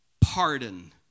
pardon